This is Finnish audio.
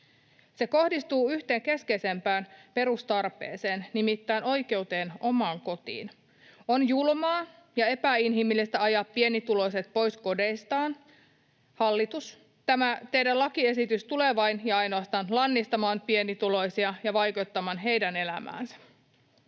Se kohdistuu yhteen keskeisimpään perustarpeeseen, nimittäin oikeuteen omaan kotiin. On julmaa ja epäinhimillistä ajaa pienituloiset pois kodeistaan. Hallitus, tämä teidän lakiesitys tulee vain ja ainoastaan lannistamaan pienituloisia ja vaikeuttamaan heidän elämäänsä.